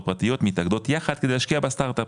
פרטיות מתאגדות יחד כדי להשקיע בסטארט אפ,